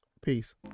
peace